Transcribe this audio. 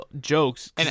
jokes